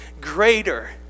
greater